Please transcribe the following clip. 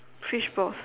fishballs